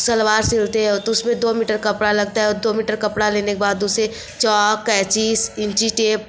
सलवार सिलते हो तो उसमें दो मीटर कपड़ा लगता है दो मीटर कपड़ा लेने के बाद उसे चौक कैंची इंची टेप